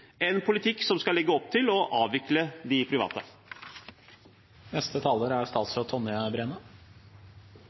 en politikk som skal legge opp til å avvikle de private. Jeg er